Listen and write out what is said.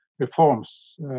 reforms